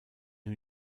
new